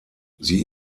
sie